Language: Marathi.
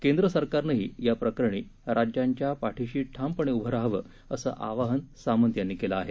केंद्रसरकारनही याप्रकरणी राज्यांच्या पाठिशी उभं रहावं असं आवाहन सामंत यांनी केलं आहे